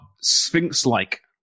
sphinx-like